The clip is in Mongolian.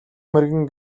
мэргэн